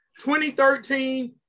2013